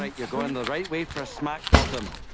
ah you're going the right way for a smack bottom.